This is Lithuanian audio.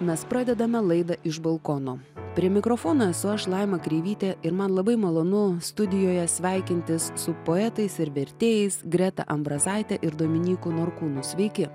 mes pradedame laidą iš balkono prie mikrofono esu aš laima kreivytė ir man labai malonu studijoje sveikintis su poetais ir vertėjais greta ambrazaite ir dominyku norkūnu sveiki